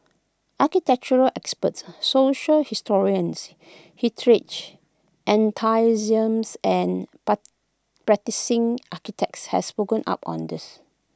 architectural experts social historians heritage enthusiasts and practising architects have spoken up on this